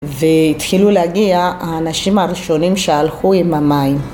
והתחילו להגיע האנשים הראשונים שהלכו עם המים.